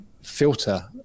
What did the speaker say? filter